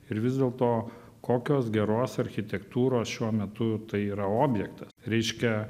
ir vis dėlto kokios geros architektūros šiuo metu tai yra objektas reiškia